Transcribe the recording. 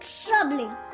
troubling